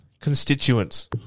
Constituents